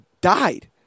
died